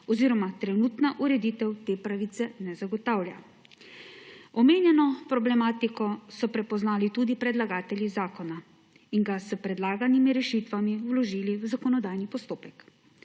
oziroma trenutna ureditev te pravice ne zagotavlja. Omejeno problematiko so prepoznali tudi predlagatelji zakona in ga s predlaganimi rešitvami vložili v zakonodajni postopek.